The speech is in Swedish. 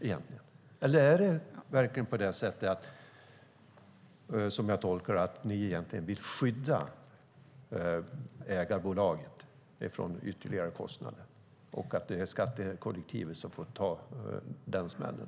Eller är det så, som jag tolkar det, att ni egentligen vill skydda ägarbolaget från ytterligare kostnader och att det är skattekollektivet som får ta den smällen?